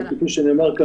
אבל כפי שנאמר כאן,